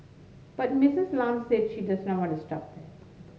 but Misses Lam said she does not want to stop there